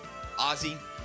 Ozzy